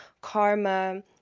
karma